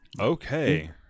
Okay